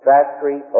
Factory